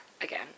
again